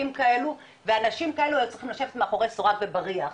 כאלו ואנשים כאלו צריכים לשבת מאחורי סורג ובריח.